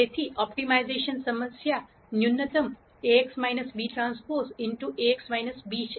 તેથી ઓપ્ટિમાઇઝેશન સમસ્યા ન્યૂનતમ Ax - bT Ax - b છે